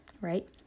right